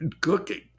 cooking